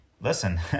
listen